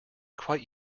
quite